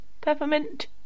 Peppermint